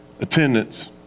attendance